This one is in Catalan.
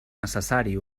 necessari